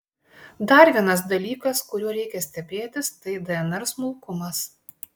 dar vienas dalykas kuriuo reikia stebėtis tai dnr smulkumas